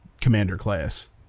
Commander-class